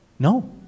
No